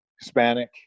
Hispanic